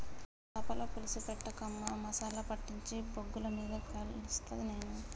చాపల పులుసు పెట్టకు అమ్మా మసాలా పట్టించి బొగ్గుల మీద కలుస్తా నేను